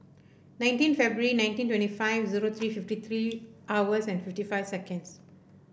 nineteen February nineteen twenty five zero three fifty three hours and fifty five seconds